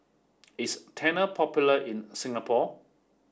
is Tena popular in Singapore